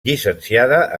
llicenciada